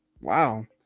wow